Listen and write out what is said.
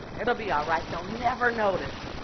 it'll be all right, they'll never notice.